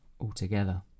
altogether